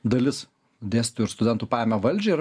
dalis dėstytojų ir studentų paėmė valdžią ir